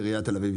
עיריית תל אביב.